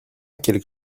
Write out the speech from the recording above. quelque